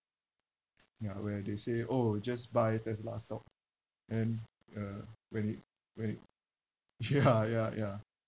ya where they say orh just buy Tesla stock then uh when it when it ya ya ya